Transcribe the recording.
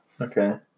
Okay